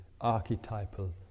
archetypal